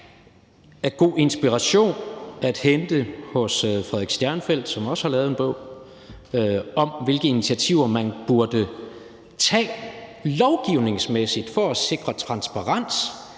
af god inspiration at hente hos Frederik Stjernfelt, som også har skrevet en bog om, hvilke initiativer man burde tage lovgivningsmæssigt for at sikre transparens.